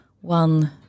one